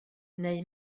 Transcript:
neu